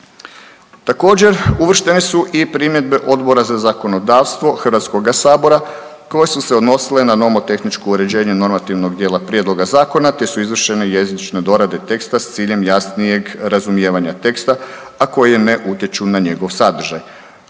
Također, uvrštene su i primjedbe Odbora za zakonodavstvo HS-a koje su se odnosile na nomotehničko uređenje normativnog dijela Prijedloga zakona te su izvršene i jezične dorade teksta s ciljem jasnijeg razumijevanja teksta, a koje ne utječu na njegov sadržaj.